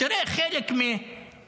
תראה, חלק מהצעירים,